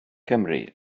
cymry